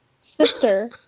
Sister